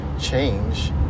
change